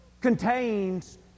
contains